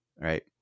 right